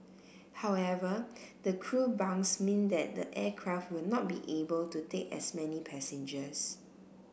however the crew bunks mean that the aircraft will not be able to take as many passengers